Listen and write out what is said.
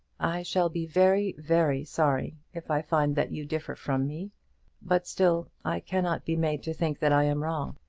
i shall be very, very sorry, if i find that you differ from me but still i cannot be made to think that i am wrong.